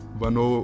vano